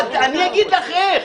אני אגיד לך איך.